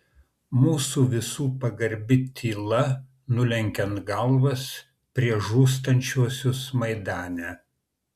mūsų visų pagarbi tyla nulenkiant galvas prieš žūstančiuosius maidane